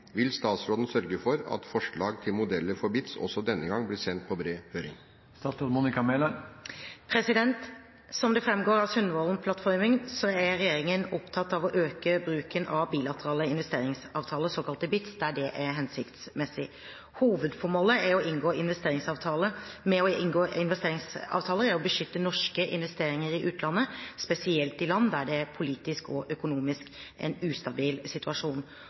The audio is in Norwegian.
Vil statsråden sørge for at forslag til modeller for BITs også denne gang sendes på bred høring?» Som det framgår av Sundvolden-plattformen, så er regjeringen opptatt av å øke bruken av bilaterale investeringsavtaler, såkalte BITs, der det er hensiktsmessig. Hovedformålet med å inngå investeringsavtaler er å beskytte norske investeringer i utlandet, spesielt i land der det er en politisk og økonomisk ustabil situasjon,